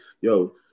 Yo